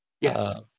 Yes